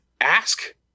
ask